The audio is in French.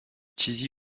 tizi